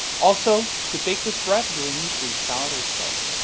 also, to bake this bread you will need a sourdough starter,